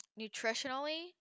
nutritionally